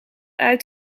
uit